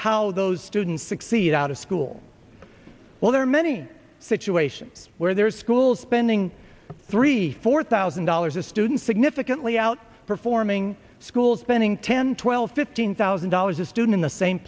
how those students succeed out of school while there are many situations where there are schools spending three four thousand dollars a student significantly out performing schools spending ten twelve fifteen thousand dollars a student in the same